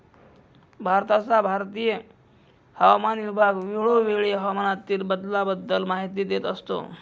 भारताचा भारतीय हवामान विभाग वेळोवेळी हवामानातील बदलाबद्दल माहिती देत असतो